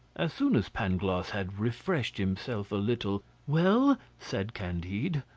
as soon as pangloss had refreshed himself a little well, said candide,